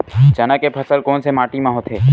चना के फसल कोन से माटी मा होथे?